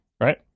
right